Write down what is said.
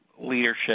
leadership